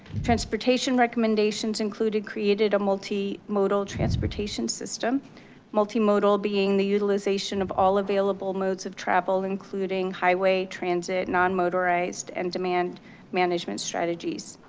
transportation recommendations included creating a multimodal transportation system multimodal being the utilization of all available modes of travel including highway transit, non-motorized and demand management strategies.